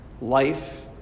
life